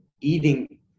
eating